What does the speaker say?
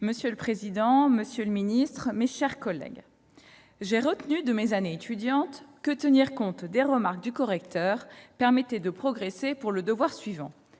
Monsieur le président, monsieur le ministre, mes chers collègues, j'ai retenu de mes années étudiantes que tenir compte des remarques du correcteur permettait de progresser pour le devoir suivant.